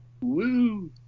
Woo